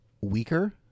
weaker